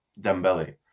Dembele